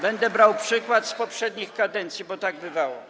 Będę brał przykład z poprzednich kadencji, bo tak bywało.